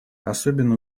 особенно